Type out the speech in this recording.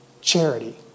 charity